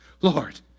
Lord